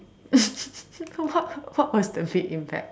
what what was the big impact